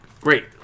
great